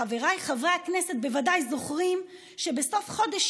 חבריי חברי הכנסת בוודאי זוכרים שבסוף חודש